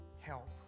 help